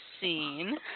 seen